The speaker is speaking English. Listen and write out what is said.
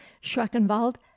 schreckenwald